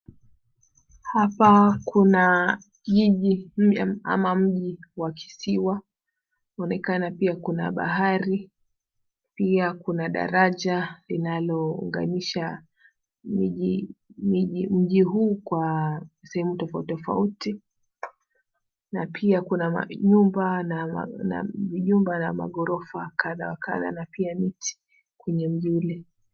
Hapa Kuna jiji, ama mji wa kisiwa. Kunaonekana pia Kuna bahari, pia kuna daraja linalounganisha mji huu kwa sehemu tofauti tofauti. Na pia Kuna majumba na maghorofa kadha wa kadha. Na pia miti kwenye mji ule.